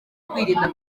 kwirinda